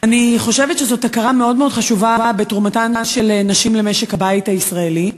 אני חושבת שזו הכרה מאוד מאוד חשובה בתרומתן של נשים למשק הבית הישראלי.